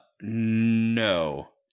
No